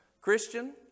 Christian